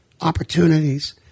opportunities